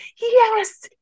yes